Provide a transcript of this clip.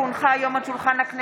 כי הונחה היום על שולחן הכנסת,